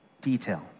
detail